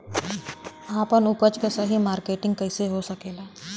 आपन उपज क सही मार्केटिंग कइसे हो सकेला?